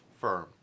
firm